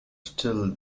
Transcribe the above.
still